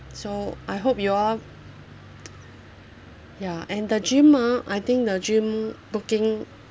so I hope you all ya and the gym ah I think the gym booking